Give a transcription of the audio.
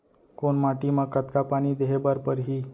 कोन माटी म कतका पानी देहे बर परहि?